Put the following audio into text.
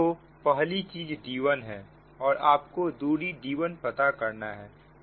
तो पहली चीजें d1 है और आपको दूरी d1 पता करना है